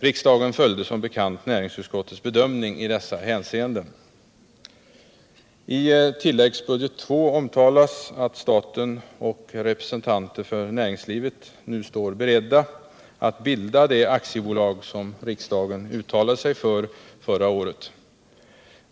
Riksdagen följde som bekant näringsutskottets bedömning i dessa hänseenden. I tilläggsbudget II omtalas att staten och representanter för näringslivet nu står beredda att bilda det aktiebolag som riksdagen uttalade sig för förra året.